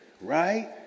Right